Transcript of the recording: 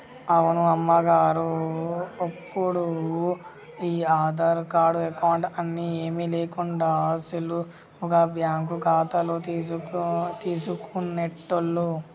అవును అమ్మగారు ఒప్పుడు ఈ ఆధార్ కార్డు అకౌంట్ అని ఏమీ లేకుండా సులువుగా బ్యాంకు ఖాతాలు తీసుకునేటోళ్లు